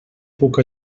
puc